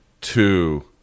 Two